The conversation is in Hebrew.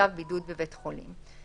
צו בידוד בבית חולים)".